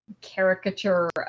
caricature